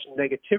negativity